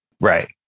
right